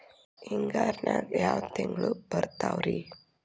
ಹಿಂಗಾರಿನ್ಯಾಗ ಯಾವ ತಿಂಗ್ಳು ಬರ್ತಾವ ರಿ?